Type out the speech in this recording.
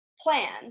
plan